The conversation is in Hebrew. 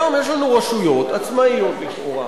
היום יש לנו רשויות עצמאיות לכאורה